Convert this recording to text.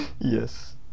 Yes